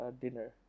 dinner